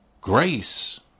Grace